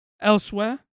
Elsewhere